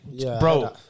bro